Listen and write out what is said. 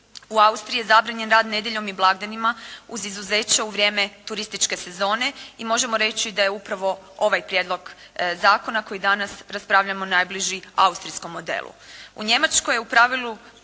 U Austriji je zabranjen rad nedjeljom i blagdanima uz izuzeće u vrijeme turističke sezone, i možemo reći da je upravo ovaj Prijedlog zakona koji danas raspravljamo najbliži austrijskom modelu.